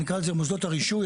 נקרא לזה מוסדות הרישוי,